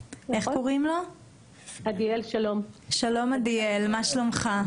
שלום עדיאל, מה שלומך?